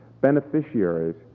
beneficiaries